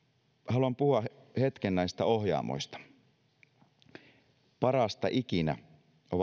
haluan puhua hetken näistä ohjaamoista parasta ikinä ovat